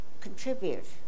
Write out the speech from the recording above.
contribute